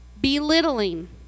belittling